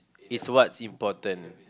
it's what's important